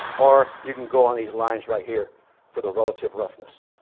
or you can go on these lines right here for the relative roughness.